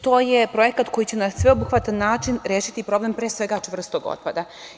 To je projekat koji će na sveobuhvatan način rešiti problem pre svega čvrstog otpada.